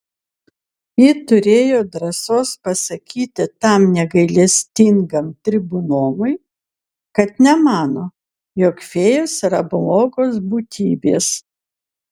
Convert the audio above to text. ji turėjo drąsos pasakyti tam negailestingam tribunolui kad nemano jog fėjos yra blogos būtybės